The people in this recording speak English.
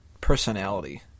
personality